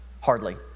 hardly